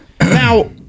Now